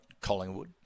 Collingwood